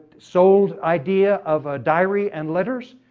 sold idea of a diary and letters,